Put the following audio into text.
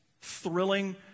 thrilling